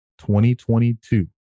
2022